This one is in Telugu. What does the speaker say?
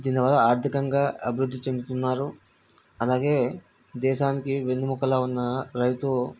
దీనివల్ల ఆర్ధికంగా అభివృద్ధి చెందుతున్నారు అలాగే దేశానికి వెన్నెముకలాగా ఉన్న రైతు